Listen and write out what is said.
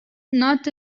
not